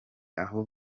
aho